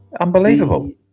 Unbelievable